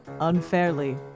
unfairly